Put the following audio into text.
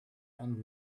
and